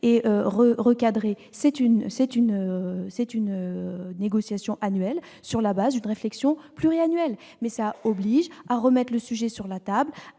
le recadrer : c'est une négociation annuelle sur la base d'une réflexion pluriannuelle, ce qui oblige à remettre le sujet sur la table